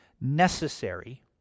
necessary